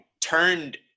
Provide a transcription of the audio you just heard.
turned